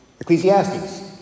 Ecclesiastes